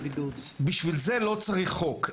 בשביל זה לא צריך חוק.